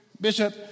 bishop